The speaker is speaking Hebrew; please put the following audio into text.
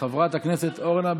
חברת הכנסת אורנה ברביבאי,